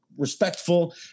Respectful